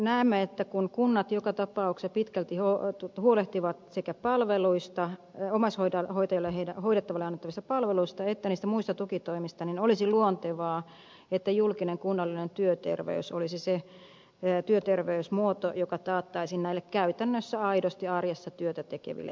näemme että kun kunnat joka tapauksessa pitkälti huolehtivat sekä palveluista ja omaishoidon hoito ja omaishoidettaville annettavista palveluista että niistä muista tukitoimista olisi luontevaa että julkinen kunnallinen työterveys olisi se työterveysmuoto joka taattaisiin näille käytännössä aidosti arjessa työtä tekeville ihmisille